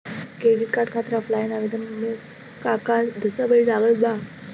Credit card खातिर offline आवेदन करे म का का दस्तवेज लागत बा?